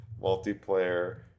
multiplayer